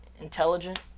intelligent